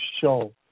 show